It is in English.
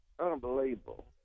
unbelievable